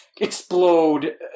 explode